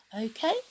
Okay